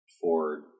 Ford